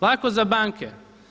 Lako za banke.